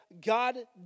God